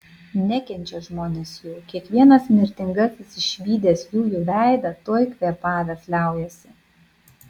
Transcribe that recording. nekenčia žmonės jų kiekvienas mirtingasis išvydęs jųjų veidą tuoj kvėpavęs liaujasi